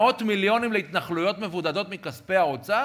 מאות מיליונים, להתנחלויות מבודדות מכספי האוצר?